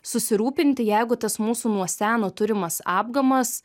susirūpinti jeigu tas mūsų nuo seno turimas apgamas